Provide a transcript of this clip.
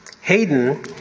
Hayden